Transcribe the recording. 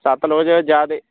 ਸਤਲੁਜ ਜ਼ਿਆਦਾ